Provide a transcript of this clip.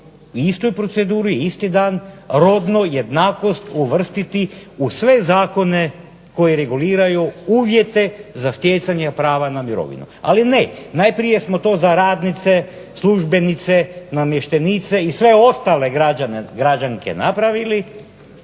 istu proceduru, isti dan rodnu jednakost uvrstiti u sve zakone koji reguliraju uvjete za stjecanje prava na mirovinu. Ali ne, najprije smo to za radnice, službenice, namještenice i sve ostale građanke napravili,